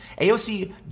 AOC